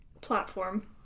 platform